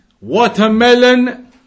watermelon